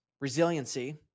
resiliency